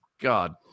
God